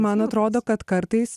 man atrodo kad kartais